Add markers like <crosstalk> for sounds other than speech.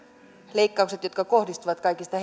leikkaukset jotka kohdistuvat kaikista <unintelligible>